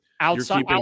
outside